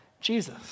Jesus